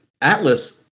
Atlas